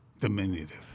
diminutive